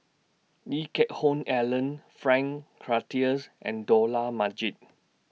Lee Geck Hoon Ellen Frank Cloutier's and Dollah Majid